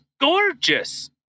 gorgeous